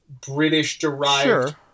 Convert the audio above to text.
British-derived